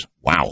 Wow